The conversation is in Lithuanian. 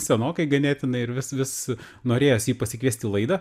senokai ganėtinai ir vis vis norėjos jį pasikviest į laidą